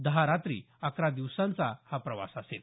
दहा रात्री अकरा दिवसांचा हा प्रवास असेल